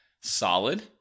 solid